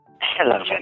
Hello